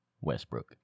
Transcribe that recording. Westbrook